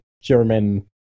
German